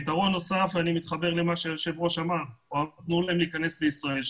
פתרון נוסף ואני מתחבר למה שאמר היושב ראש הוא כניסה לישראל.